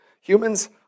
Humans